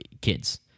kids